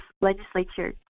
legislature